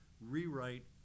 rewrite